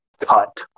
cut